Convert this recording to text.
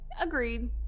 agreed